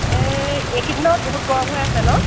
এইকেইদিনত বহুত গৰম হৈ আছে ন